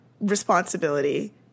responsibility